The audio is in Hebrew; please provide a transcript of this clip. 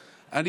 מעמדות.